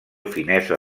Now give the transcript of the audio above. finesa